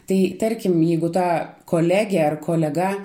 tai tarkim jeigu ta kolegė ar kolega